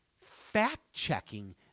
fact-checking